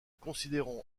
considérons